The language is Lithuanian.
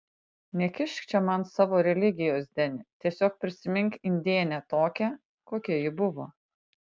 nekišk čia man savo religijos deni tiesiog prisimink indėnę tokią kokia ji buvo